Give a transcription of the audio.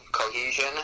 Cohesion